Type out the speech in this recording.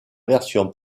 version